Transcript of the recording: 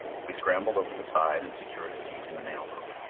we scrambled over the side and secured a seat in the mail boat.